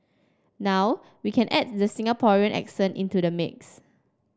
now we can add the Singaporean accent into the mix